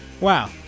Wow